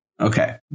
Okay